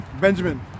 Benjamin